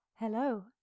Hello